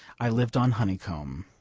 i lived on honeycomb.